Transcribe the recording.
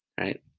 right